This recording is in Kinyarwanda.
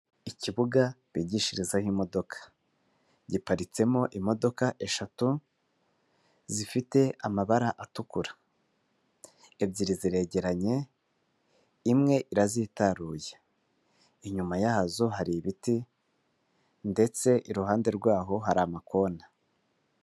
Ikibuga bigishirizaho imodoka giparitsemo imodoka eshatu zifite amabara atukura, ebyiri ziregeranye imwe irazitaruye, inyuma yazo hari ibiti ndetse iruhande rwaho hari amakona.